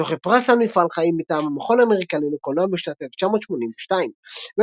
זוכה פרס על מפעל חיים מטעם "המכון האמריקני לקולנוע" בשנת 1982. בין